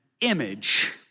image